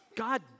God